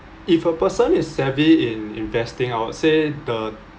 if a person is savvy in investing I would say the